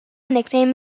nickname